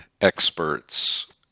experts